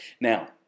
Now